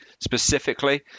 specifically